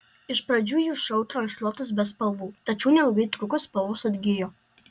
iš pradžių jų šou transliuotas be spalvų tačiau neilgai trukus spalvos atgijo